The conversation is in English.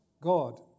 God